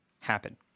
happen